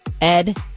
Ed